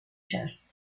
test